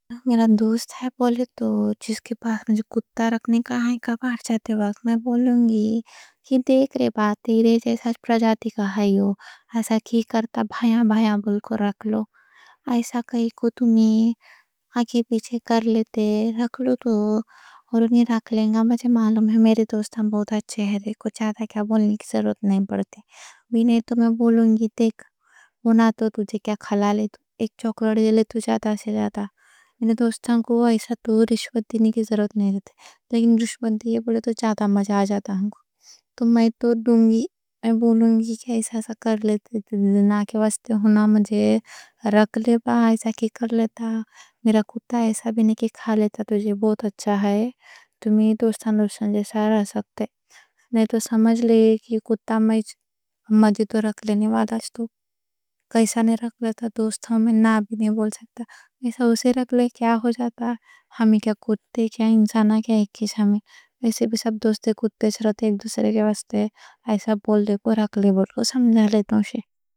میرا دوست ہے بولے تو، جس کے پاس مجھے کتا رکھنے کا۔ وقت آئے تو میں بولوں گی: دیکھ، بات تیرے جیسا پراجاتی کا، ایسا کی کرتا؟ بھائیاں بھائیاں بول کے رکھ لو، ایسا کائیں کوں تمہیں آنکھیں پیچھے کر لیتے؟ رکھ لو تو، اور نہیں رکھ لینگا؟ مجھے معلوم ہے، میرے دوستان بہت اچھے ہیں۔ دیکھو، چاہتا کیا بولنے کی ضرورت نہیں پڑتے؛ میں بولوں گی: دیکھ، دیکھو نہ، تو تجھے کیا کھلا لے، ایک چاکلیٹ لے۔ میرے دوستان کو رشوت دینے کی ضرورت نہیں پڑتے، لیکن رشوت دینے کے بولے تو، میں تو دوں گی۔ میں بولوں گی کہ ایسا سا کر لیتے، دنا کے واسطے، ہونا، مجھے رکھ لے بھائی۔ ایسا کی کر لیتا؛ میرا کتا ایسا بھی نہیں کہ کھا لیتا تجھے، بہت اچھا ہے۔ ایسا اسے رکھ لیں، کیا ہو جاتا؛ ہم کیا، کتے کیا، انسانہ کیا، ایک ہی سامنے؛ ایسے بھی سب دوستے کتے چھ رہتے، ایک دوسرے کے واسطے۔ ایسا بول لیں، بھائی رکھ لیں، بولو، سمجھ لیں۔